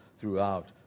throughout